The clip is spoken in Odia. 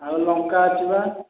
ଆଉ ଲଙ୍କା ଅଛି ବା